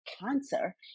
cancer